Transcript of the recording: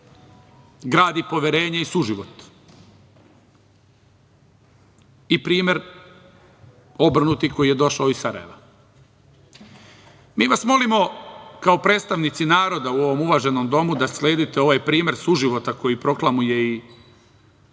gradi poverenje i suživot i primer obrnuti koji je došao iz Sarajeva. Mi vas molimo kao predstavnici naroda u ovom uvaženom domu da sledite ovaj primer suživota koji proklamuje i